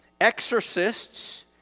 exorcists